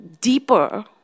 deeper